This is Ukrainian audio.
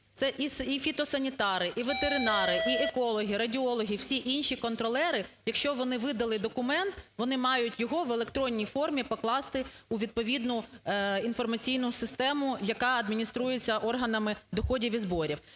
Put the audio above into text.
Це і фітосанітари, і ветеринари, і екологи, радіологи – всі інші контролери, якщо вони видали документ, вони мають його в електронній формі покласти у відповідну інформаційну систему, яка адмініструється органами доходів і зборів.